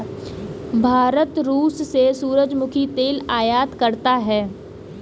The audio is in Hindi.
भारत रूस से सूरजमुखी तेल आयात करता हैं